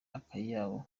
akayabo